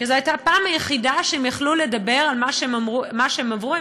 כי זו הייתה הפעם היחידה שהם יכלו לדבר על מה שהם עברו.